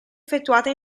effettuate